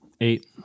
eight